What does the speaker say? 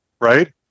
right